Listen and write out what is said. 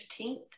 15th